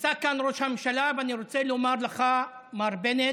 נמצא כאן ראש הממשלה, ואני רוצה לומר לך, מר בנט,